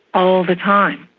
all the time.